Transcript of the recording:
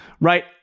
Right